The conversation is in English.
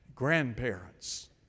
Grandparents